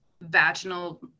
vaginal